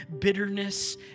bitterness